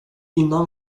innan